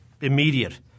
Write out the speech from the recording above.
immediate